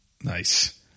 Nice